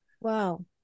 Wow